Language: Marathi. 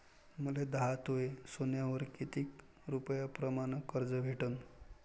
मले दहा तोळे सोन्यावर कितीक रुपया प्रमाण कर्ज भेटन?